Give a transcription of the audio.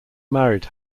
married